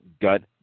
gut